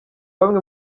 bamwe